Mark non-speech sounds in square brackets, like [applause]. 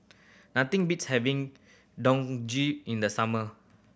nothing beats having [unintelligible] in the summer